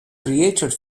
created